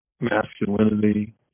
masculinity